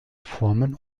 formen